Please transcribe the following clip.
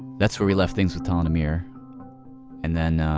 that's where we left things with tal and amir and then